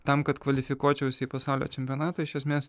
tam kad kvalifikuočiausi į pasaulio čempionatą iš esmės